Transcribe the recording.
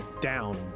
down